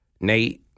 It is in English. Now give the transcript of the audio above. Nate